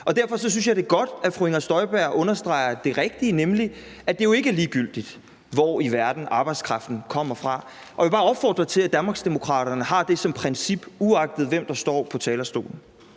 Derfor synes jeg, det er godt, at fru Inger Støjberg understreger det rigtige, nemlig at det jo ikke er ligegyldigt, hvor i verden arbejdskraften kommer fra, og jeg vil bare opfordre til, at Danmarksdemokraterne har det som princip, uagtet hvem der står på talerstolen.